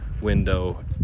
window